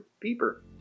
Peeper